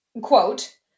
Quote